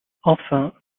enfin